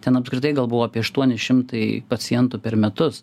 ten apskritai gal buvo apie aštuoni šimtai pacientų per metus